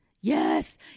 Yes